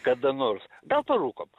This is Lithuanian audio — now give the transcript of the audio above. kada nors gal parūkom